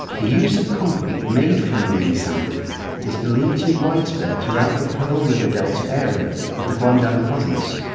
the use of concrete made from marine sand is believed to be widespread throughout the pearl river delta area of the guangdong province,